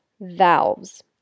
valves